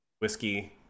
whiskey